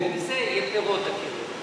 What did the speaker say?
וחלק מזה יהיה פירות הקרן,